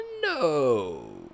No